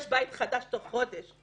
יש בית חדש בתוך חודש.